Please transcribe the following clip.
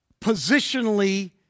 positionally